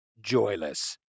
joyless